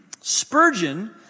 Spurgeon